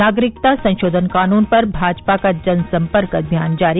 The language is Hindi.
नागरिकता संशोधन कानून पर भाजपा का जनसम्पर्क अभियान जारी